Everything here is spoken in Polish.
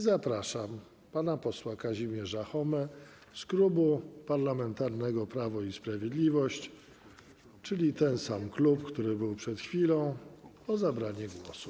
Zapraszam pana posła Kazimierza Chomę z Klubu Parlamentarnego Prawo i Sprawiedliwość, czyli tego samego klubu co przed chwilą, o zabranie głosu.